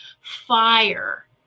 fire